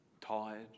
tired